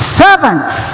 servants